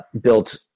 built